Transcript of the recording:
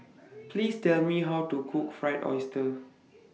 Please Tell Me How to Cook Fried Oyster